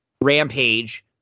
Rampage